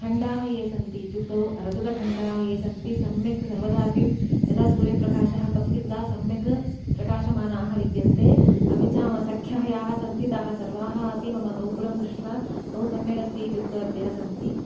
खण्डाः ये सन्ति इत्युक्तौ रजतखण्डाः ये सन्ति सम्यक् सर्वदा अपि यदा सूर्यप्रकाशः पतति तदा सम्यक् प्रकाशमानाः विद्यन्ते अपि च मम सख्यः याः सन्ति ताः सर्वाः अपि मम नूपुरं दृष्ट्वा बहु सम्यक् अस्ति इत्युक्तवत्यः सन्ति